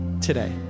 today